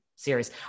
Serious